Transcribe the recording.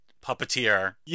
puppeteer